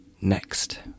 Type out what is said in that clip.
Next